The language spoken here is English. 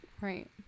right